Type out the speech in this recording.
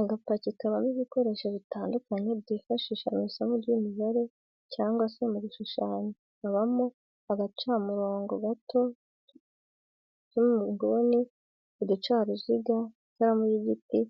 Agapaki kabamo ibikoresho bitandukanye byifashishwa mu isomo ry'imibare cyangwa se mu gushushanya habamo agacamurobo gato, udupima inguni, uducaruziga ,ikaramu y'igiti